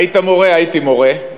היית מורה, הייתי מורה,